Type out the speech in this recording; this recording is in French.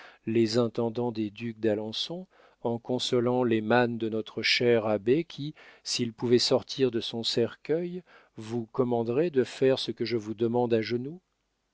les intendants des ducs d'alençon en consolant les mânes de notre cher abbé qui s'il pouvait sortir de son cercueil vous commanderait de faire ce que je vous demande à genoux